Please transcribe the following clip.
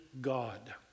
God